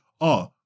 oh-